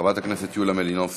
חברת הכנסת יוליה מלינובסקי.